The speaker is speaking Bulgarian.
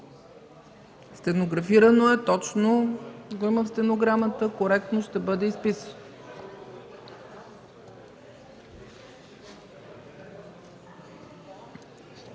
Стенографирано е, точно го има в стенограмата, коректно ще бъде изписано.